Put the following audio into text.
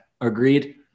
Agreed